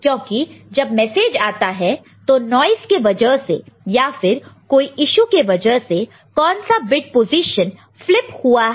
क्योंकि जब मैसेज आता है तो नॉइस के वजह से या फिर कोई यीशु के वजह से कौन सा बिट पोजीशन फ्लिप हुआ है